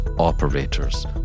operators